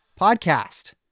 Podcast